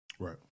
Right